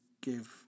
give